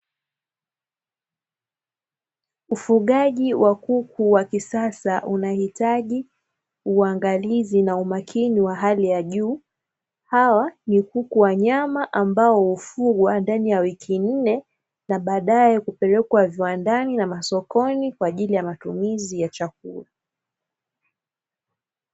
Ufugaji wa kuku wa kisasa unahitaji uangalizi na umakini wa hali ya juu, hawa ni kuku wa nyama ambao hufugwa ndani ya wiki nne, na baadae kupelekwa viwandani na masokoni kwa ajili ya matumizi ya chakula.